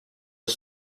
was